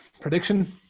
prediction